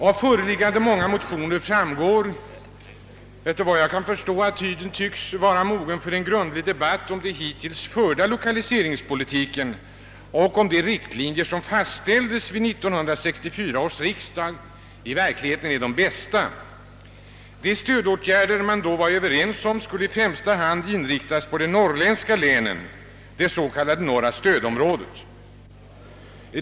Av föreliggande motioner framgår — såvitt jag kan förstå — att tiden tycks vara mogen för en grundlig debatt om den hittills förda lokaliseringspolitiken och om huruvida de riktlinjer som fastställdes vid 1964 års riksdag i verkligheten är de bästa. De stödåtgärder man då var överens om skulle i första hand inriktas på de norrländska länen, det s.k. norra stödområdet.